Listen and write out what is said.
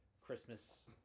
christmas